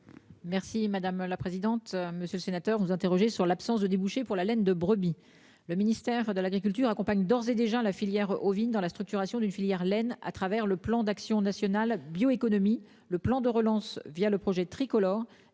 Merci madame la présidente, monsieur le sénateur, vous interrogez sur l'absence de débouchés pour la laine de brebis. Le ministère de l'Agriculture accompagne d'ores et déjà la filière ovine dans la structuration d'une filière laine à travers le plan d'action national bioéconomie, le plan de relance via le projet tricolore